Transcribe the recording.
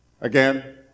Again